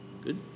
Good